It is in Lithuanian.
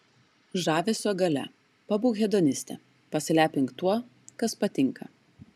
žavesio galia pabūk hedoniste pasilepink tuo kas patinka